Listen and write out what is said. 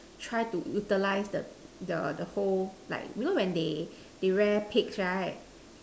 try to utilize the the the hole like you know when they they wear pigs right